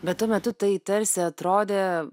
bet tuo metu tai tarsi atrodė